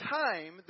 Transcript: time